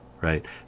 right